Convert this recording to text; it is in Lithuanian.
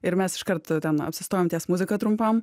ir mes iš kart ten apsistojom ties muzika trumpam